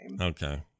Okay